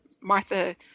Martha